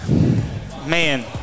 man